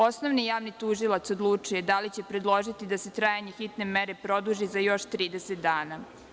Osnovni javni tužilac odlučuje da li će predložiti da se trajanje hitne mere produži za još 30 dana.